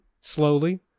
slowly